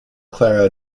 clara